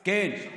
כן.